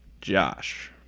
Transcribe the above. Josh